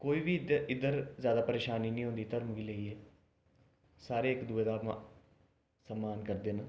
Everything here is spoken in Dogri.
कोई बी इद्धर जैदा परेशानी नेईं होंदी धर्म गी लेइयै सारे इक दुए दा मान सम्मान करदे न